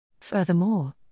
Furthermore